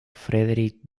frederick